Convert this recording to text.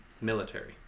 military